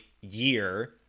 year